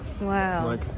Wow